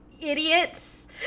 idiots